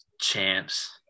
champs